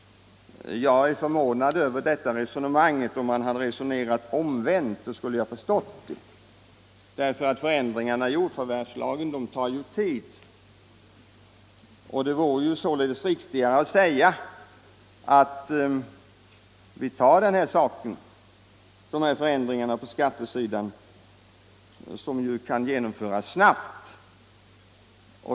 Jag förvånar mig över detta resonemang. Om man hade resonerat omvänt, skulle jag ha förstått det. Förändringarna i jordförvärvslagen tar ju tid. Det vore riktigare att genomföra de förändringar på skattesidan som kan ske snabbt.